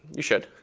you should.